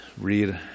read